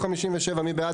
הצבעה בעד